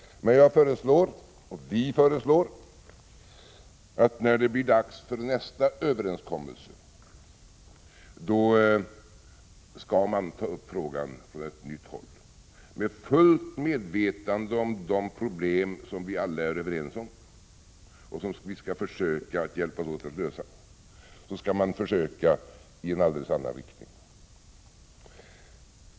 Men jag och mitt parti föreslår att vi när det blir dags för nästa överenskommelse skall vi ta upp frågan från ett nytt håll, med fullt medvetande om de problem som vi alla är överens om finns och som vi då skall försöka hjälpa till att lösa. Då skall vi försöka hitta lösningar i en helt annan riktning.